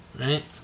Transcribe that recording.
right